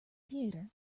theater